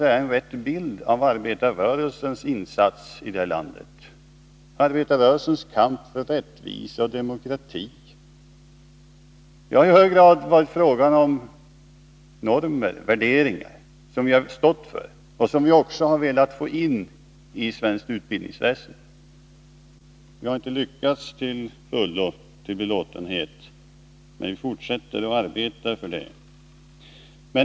Är det en riktig bild av arbetarrörelsens insatser i detta land, arbetarrörelsens kamp för rättvisa och demokrati? Det har i hög grad varit fråga om normer och värderingar som vi har stått för och som vi velat föra in i svenskt utbildningsväsende. Det har inte till fullo lyckats till belåtenhet, men vi fortsätter vårt arbete.